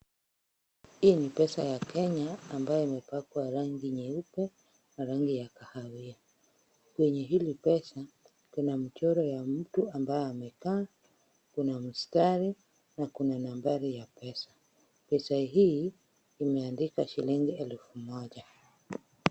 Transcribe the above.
Hii ni pesa ya Kenya, ambayo imepakwa rangi nyeupe na rangi ya kahawia. Kwenye hili pesa, kuna mchoro wa mtu ambaye amekaa, kuna mstari na kuna nambari ya pesa. Pesa hii imeandikwa shilingi elfu moja.